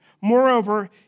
Moreover